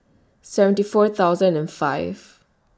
seventy four thousand and five